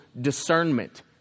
discernment